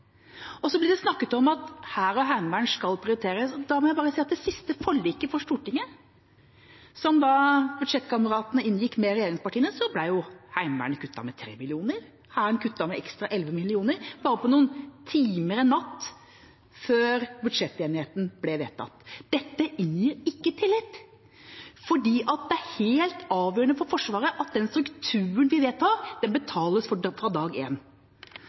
det siste forliket på Stortinget som budsjettkameratene inngikk med regjeringspartiene, ble Heimevernet kuttet med 3 mill. kr og Hæren med ekstra 11 mill. kr – bare på noen timer en natt før budsjettenigheten ble vedtatt. Dette inngir ikke tillit, for det er helt avgjørende for Forsvaret at den strukturen vi vedtar, betales fra dag én. Det er helt åpenbart at det må komme en